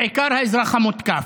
בעיקר האזרח המותקף.